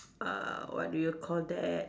uh what do you call that